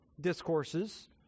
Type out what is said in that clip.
discourses